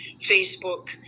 Facebook